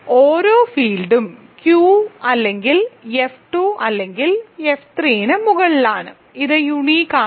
ഓരോ ഫീൽഡും Q അല്ലെങ്കിൽ F 2 അല്ലെങ്കിൽ F 3 ന് മുകളിലാണ് ഇത് യുണീക്ക് ആണ്